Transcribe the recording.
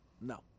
No